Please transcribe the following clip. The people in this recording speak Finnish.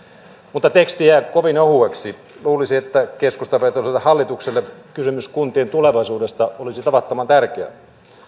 mutta teksti jää kovin ohueksi luulisi että keskustavetoiselle hallitukselle kysymys kuntien tulevaisuudesta olisi tavattoman tärkeä